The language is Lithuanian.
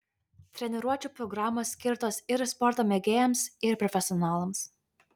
treniruočių programos skirtos ir sporto mėgėjams ir profesionalams